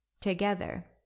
together